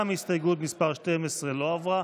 עברה.